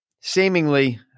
seemingly